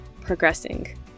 progressing